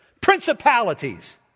Principalities